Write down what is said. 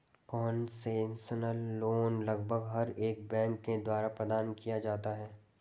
concessional loan लगभग हर एक बैंक के द्वारा प्रदान किया जाता है